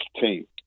team